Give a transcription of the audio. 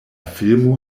filmo